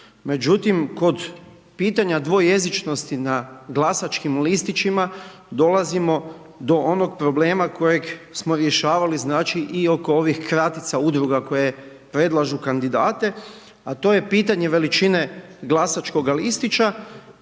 međutim, kod pitanja dvojezičnosti na glasačkim listićima dolazimo do onog problema kojeg smo rješavali, znači, i oko ovih kratica udruga koje predlažu kandidate, a to je pitanje veličine glasačkog listića